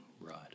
right